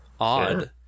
odd